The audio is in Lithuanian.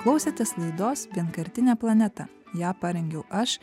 klausėtės laidos vienkartinė planeta ją parengiau aš